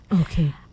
Okay